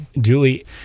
Julie